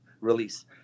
release